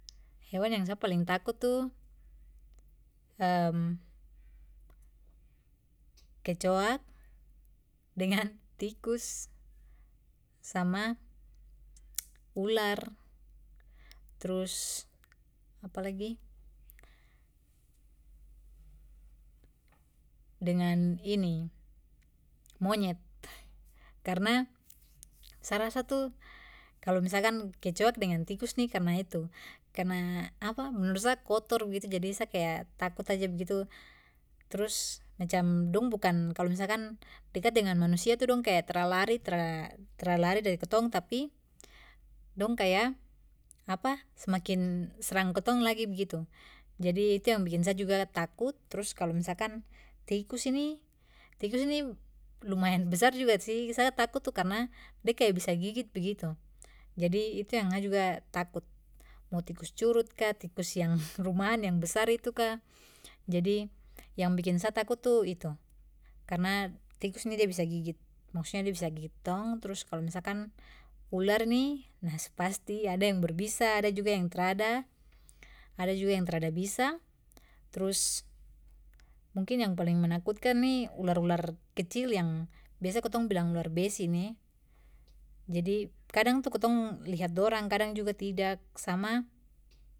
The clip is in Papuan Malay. Hewan yang sa paling takut tu kecoak dengan tikus sama ular. Trus, apa lagi, dengan, ini, monyet. Karena sa rasa tu kalo misalkan kecoak dengan tikus nih karena itu, karena menurut sa kotor begitu jadi sa kaya takut aja begitu. Terus macam dong bukan, kalau misalkan dekat dengan manusia tu dong kaya tra lari, tra, tra lari dari ketong tapi dong kaya semakin serang katong lagi begitu, jadi itu yang bikin sa juga takut. Terus kalau misalkan tikus ini, tikus ini lumayan besar juga sih. Sa takut tu karena da kaya bisa gigit begitu. Jadi itu yang saya juga takut. Mo tikus curut ka, tikus yang rumahan yang besar itu ka. Jadi yang bikin sa takut tu itu. Karena tikus ini dia bisa gigit, maksudnya dia bisa gigit tong. Terus kalo misalkan ular ni, nah, su pasti ada yang berbisa ada juga yang trada, ada juga yang trada bisa. Terus mungkin yang paling menakutkan nih ular-ular kecil yang biasanya ketong bilang ular besi ni, jadi kadang tu ketong lihat dorang kadang juga tidak. Sama.